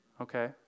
okay